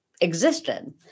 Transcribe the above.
existed